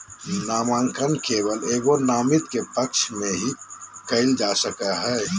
नामांकन केवल एगो नामिती के पक्ष में ही कइल जा सको हइ